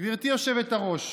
גברתי היושבת-ראש,